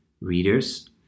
readers